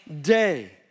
day